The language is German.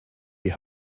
die